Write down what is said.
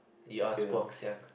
you ask Guang-Xiang